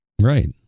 Right